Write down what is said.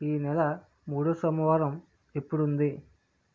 ఈ నెల మూడో సోమవారం ఎప్పుడుంది